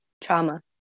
trauma